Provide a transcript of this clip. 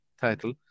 title